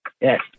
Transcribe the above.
yes